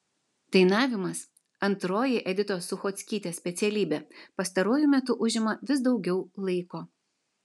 dainavimas antroji editos suchockytės specialybė pastaruoju metu užima vis daugiau laiko